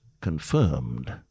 confirmed